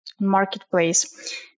marketplace